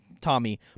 Tommy